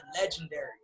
legendary